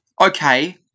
okay